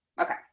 Okay